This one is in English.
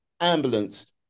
ambulance